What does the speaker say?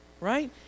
right